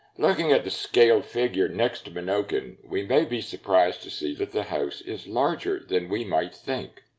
looking at the scale figure next to menokin, we may be surprised to see that the house is larger than we might think.